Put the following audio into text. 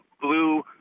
blue